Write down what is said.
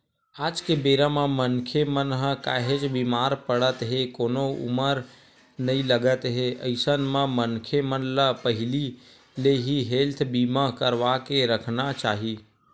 आज के बेरा म मनखे मन ह काहेच बीमार पड़त हे कोनो उमर नइ लगत हे अइसन म मनखे मन ल पहिली ले ही हेल्थ बीमा करवाके रखना चाही